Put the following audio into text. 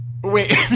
wait